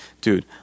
dude